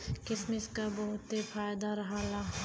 किसमिस क बहुते फायदा रहला